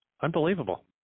Unbelievable